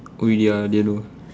oh ya i didn't know